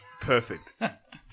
Perfect